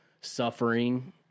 suffering